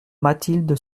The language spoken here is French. mathilde